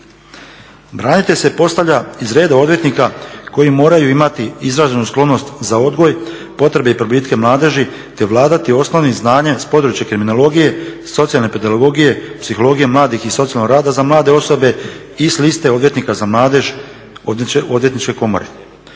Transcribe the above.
Branitelj se postavlja iz reda odvjetnika koji moraju imati izraženu sklonost za odgoj, potrebe i probitke mladeži te vladati osnovnim znanjem sa područja kriminologije, socijalne pedagogije, psihologije mladih i socijalnog rada za mlade osobe i s liste odvjetnika za mladež odvjetničke komore.